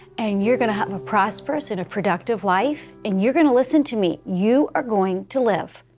and you're going to have a prosperous and a productive life. and you're going to listen to me, you are going to live.